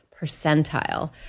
percentile